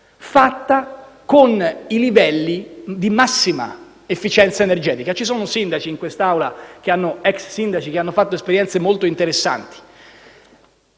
fatta con i livelli di massima efficienza energetica. Ci sono ex sindaci, in quest'Assemblea, che hanno fatto esperienze molto interessanti.